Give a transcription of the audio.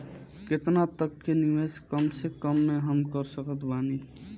केतना तक के निवेश कम से कम मे हम कर सकत बानी?